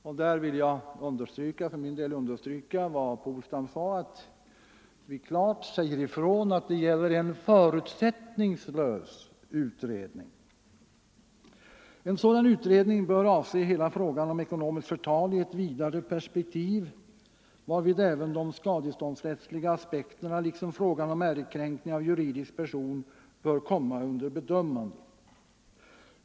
Jag vill på denna punkt understryka — vilket också herr Polstam sade —- att det alltså gäller en förutsättningslös utredning. En sådan utredning bör avse hela frågan om ekonomiskt förtal i ett vidare perspektiv, varvid även de skadeståndsrättsliga aspekterna liksom frågan om ärekränkning av juridisk person bör komma under bedömande.